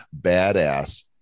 badass